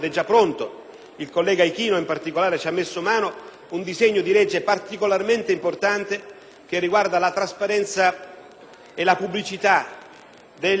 il collega Ichino in particolare ci ha messo mano - su un disegno di legge particolarmente importante che riguarda la trasparenza e la pubblicità dei